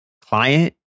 client